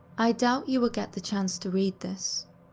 i doubt you will get the chance to read this,